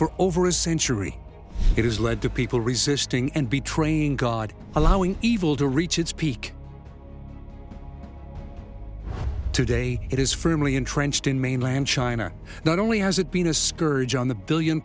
for over a century it has led to people resisting and be training god allowing evil to reach its peak today it is firmly entrenched in mainland china not only has it been a scourge on the billion